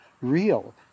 real